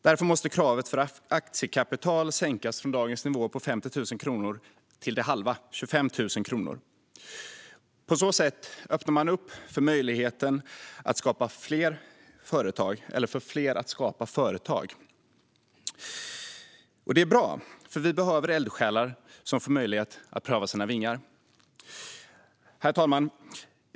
Därför måste kravet för aktiekapital sänkas från dagens nivå på 50 000 kronor till hälften, 25 000 kronor. På så sätt öppnar man upp möjligheten för fler att skapa företag. Och det är bra, för vi behöver eldsjälar som får möjlighet att pröva sina vingar. Herr talman!